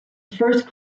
first